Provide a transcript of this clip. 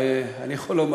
אני יכול לומר,